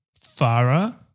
Farah